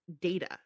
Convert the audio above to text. data